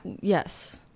Yes